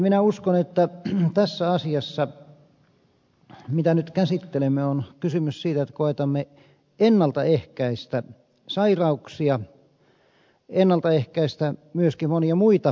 minä uskon että tässä asiassa mitä nyt käsittelemme on kysymys siitä että koetamme ennalta ehkäistä sairauksia ennalta ehkäistä myöskin monia muita ongelmia